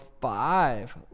five